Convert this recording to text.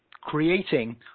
creating